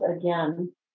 again